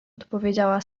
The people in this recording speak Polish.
odpowiedziała